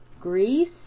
Greece